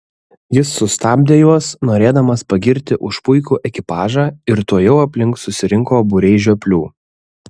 jis sustabdė juos norėdamas pagirti už puikų ekipažą ir tuojau aplink susirinko būriai žioplių